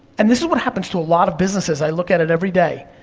and this is what happens to a lot of businesses, i look at it everyday.